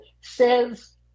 says